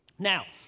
now,